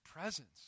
presence